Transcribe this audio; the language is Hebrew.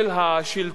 של הממסד,